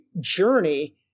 journey